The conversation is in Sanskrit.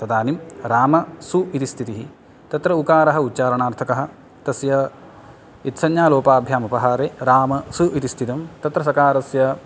तदानीं राम सु इति स्थितिः तत्र उकारः उच्चारणार्थकः तस्य इत्संज्ञालोपाभ्याम् उपहारे राम सु इति स्थितं तत्र सकारस्य